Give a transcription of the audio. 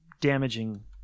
damaging